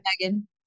Megan